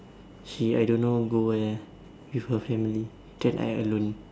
she I don't know go where with her family then I alone